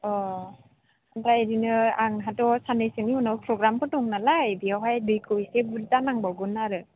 अ ओमफ्राय बिदिनो आंहाथ' साननैसोनि उनाव प्रग्रामफोर दं नालाय बेवहाय दैखौ एसे बुरजा नांबावगोन आरो